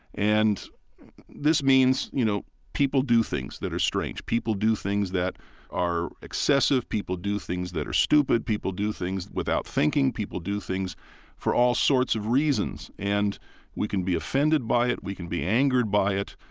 and this means, you know, people do things that are strange. people do things that are excessive, people do things that are stupid, people do things without thinking, people do things for all sorts of reasons. and we can be offended by it, we can be angered by it,